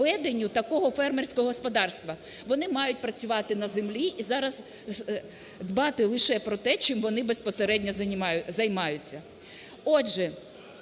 Вони мають працювати на землі і зараз дбати лише про те, чим вони безпосередньо займаються.